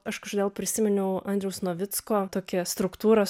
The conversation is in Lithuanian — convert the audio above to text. aš kažkodėl prisiminiau andriaus navicko tokią struktūros